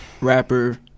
Rapper